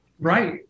Right